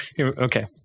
Okay